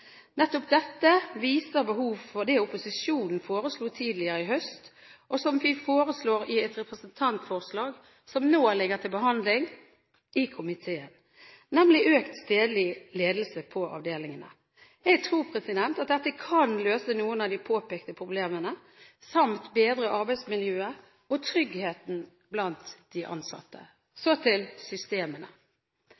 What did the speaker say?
Nettopp dette viser behov for det opposisjonen foreslo tidligere i høst, og som vi foreslår i et representantforslag som nå ligger til behandling i komiteen, nemlig økt stedlig ledelse på avdelingene. Jeg tror at dette kan løse noen av de påpekte problemene samt bedre arbeidsmiljøet og tryggheten blant de ansatte.